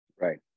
Right